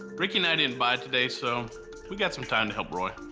ricky and i didn't buy today, so we got some time to help roy.